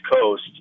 Coast